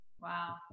Wow